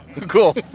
cool